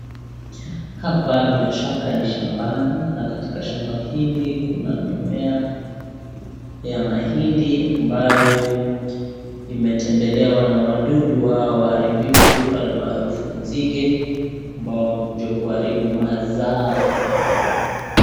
Hapa bila Shaka ni shambani na katika shamba hili, kuna mimea ya mahindi ambayo imetembelewa na wadudu hao waharibivu almarufu nzige ambao wamekuja kuharibu mazao.